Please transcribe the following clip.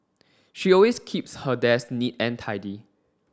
she always keeps her desk neat and tidy